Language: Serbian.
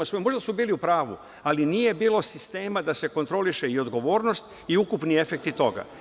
Možda su bili u pravu, ali nije bilo sistema da se kontroliše i odgovornost i ukupni efekti toga.